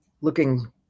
looking